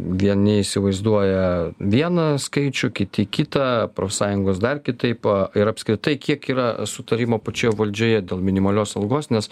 vieni įsivaizduoja vieną skaičių kiti kitą profsąjungos dar kitaip ir apskritai kiek yra sutarimo pačioje valdžioje dėl minimalios algos nes